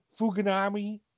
Fuganami